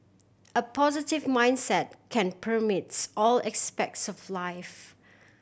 a positive mindset can permeates all aspects of life